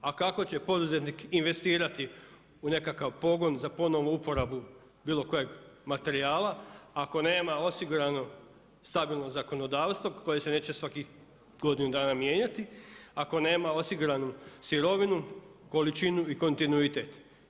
A kako će poduzetnik investirati u nekakav pogon za ponovnu uporabu bilo kojeg materijala ako nema osigurano stabilno zakonodavstvo koje se neće svakih godinu dana mijenjati, ako nema osiguranu sirovinu, količinu i kontinuitet.